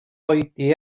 oedi